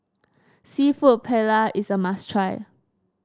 seafood Paella is a must try